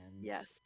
Yes